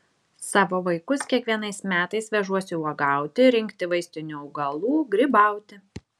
savo vaikus kiekvienais metais vežuosi uogauti rinkti vaistinių augalų grybauti